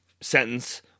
sentence